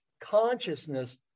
consciousness